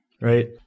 right